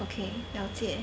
okay 了解